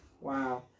Wow